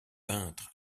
peintre